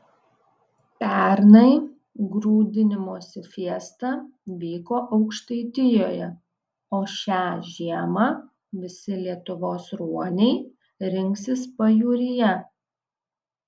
pernai grūdinimosi fiesta vyko aukštaitijoje o šią žiemą visi lietuvos ruoniai rinksis pajūryje